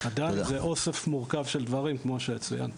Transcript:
עדיין זה אוסף מורכב של דברים, כמו שצוין פה.